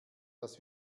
dass